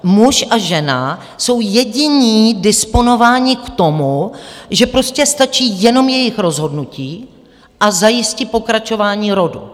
Muž a žena jsou jediní disponováni k tomu, že prostě stačí jenom jejich rozhodnutí, a zajistí pokračování rodu.